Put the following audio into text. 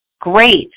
great